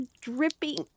dripping